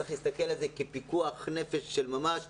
צריך להסתכל על זה כפיקוח נפש של ממש.